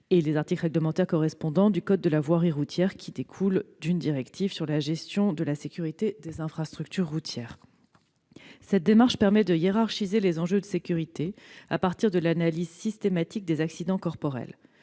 et de l'article réglementaire correspondant du code de la voirie routière, découlant de la mise en oeuvre de la directive relative à la gestion de la sécurité des infrastructures routières. Cette démarche permet de hiérarchiser les enjeux de sécurité à partir de l'analyse systématique des accidents corporels.